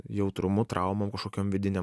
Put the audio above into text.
jautrumu traumom kažkokiom vidinėm